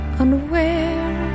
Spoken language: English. unaware